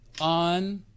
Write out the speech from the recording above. on